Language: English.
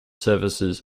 services